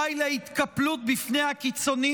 די להתקפלות בפני הקיצונים,